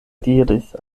diris